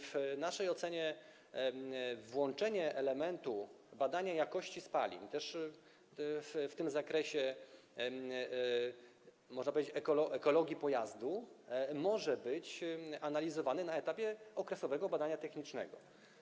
W naszej ocenie włączenie elementu badania jakości spalin także w zakresie, można powiedzieć, ekologii pojazdu, może być analizowane na etapie okresowego badania technicznego.